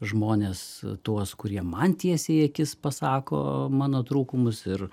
žmones tuos kurie man tiesiai į akis pasako mano trūkumus ir